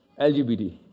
LGBT